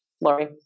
Lori